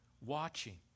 watching